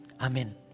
Amen